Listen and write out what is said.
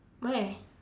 where